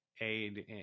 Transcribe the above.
aid